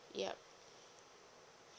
yup